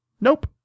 Nope